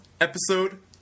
episode